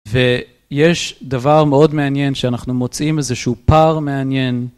ויש דבר מאוד מעניין שאנחנו מוצאים איזשהו פער מעניין.